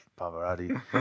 Pavarotti